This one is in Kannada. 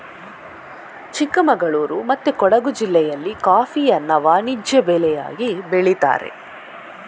ಚಿಕ್ಕಮಗಳೂರು ಮತ್ತೆ ಕೊಡುಗು ಜಿಲ್ಲೆಯಲ್ಲಿ ಕಾಫಿಯನ್ನ ವಾಣಿಜ್ಯ ಬೆಳೆಯಾಗಿ ಬೆಳೀತಾರೆ